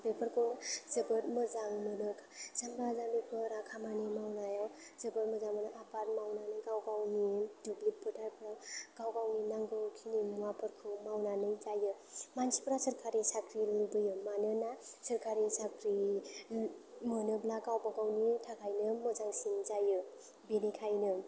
बेफोरखौ जोबोद मोजां मोनो जामबा जामबिफोरा खामानि मावनायाव जोबोद मोजां मोनो आबाद मावनानै गाव गावनि दुब्लि फोथारफ्राव गाव गावनि नांगौखिनि मुवाफोरखौ मावनानै जायो मानसिफ्रा सोरखारि साख्रि लुबैयो मानोना सोरखारि साख्रि मोनोब्ला गावबागावनि थाखायनो मोजांसिन जायो बिनिखायनो